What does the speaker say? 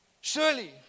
Surely